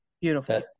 Beautiful